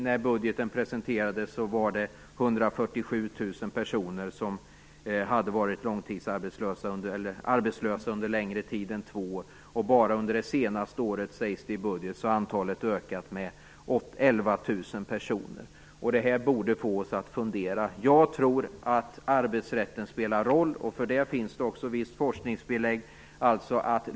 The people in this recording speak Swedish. När budgeten presenterades hade 147 000 personer varit arbetslösa under längre tid än två år. Och bara under det senaste året, sägs det i budgeten, har antalet ökat med 11 000 personer. Det här borde få oss att fundera. Jag tror att arbetsrätten spelar roll. För det finns det också visst belägg i forskningen.